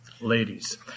ladies